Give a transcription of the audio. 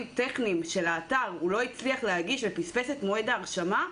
טכניים של האתר הוא לא הצליח להגיש ופספס את מועד ההרשמה,